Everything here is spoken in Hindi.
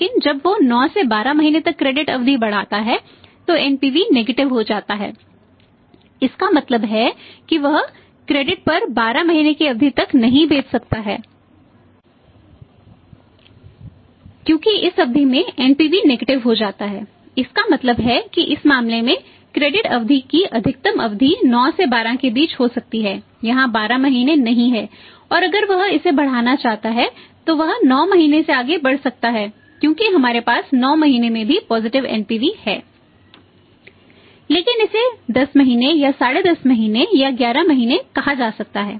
लेकिन इसे 10 महीने या 105 महीने या 11 महीने कहा जा सकता है